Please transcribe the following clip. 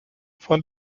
von